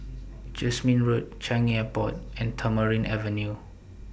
Jasmine Road Changi Airport and Tamarind Avenue